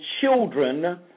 children